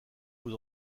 aux